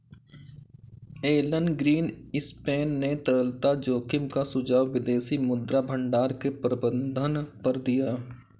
Elon Greenspan ने तरलता जोखिम का सुझाव विदेशी मुद्रा भंडार के प्रबंधन पर दिया